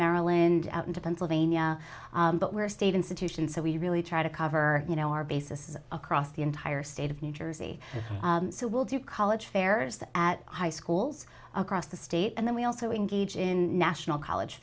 maryland into pennsylvania but we're state institutions so we really try to cover you know our bases across the entire state of new jersey so we'll do college fairs at high schools across the state and then we also engage in national college